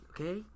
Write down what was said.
Okay